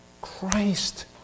Christ